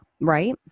right